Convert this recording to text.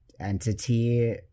entity